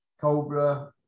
Cobra